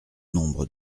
nombre